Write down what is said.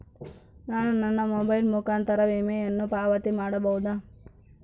ನಾನು ನನ್ನ ಮೊಬೈಲ್ ಮುಖಾಂತರ ವಿಮೆಯನ್ನು ಪಾವತಿ ಮಾಡಬಹುದಾ?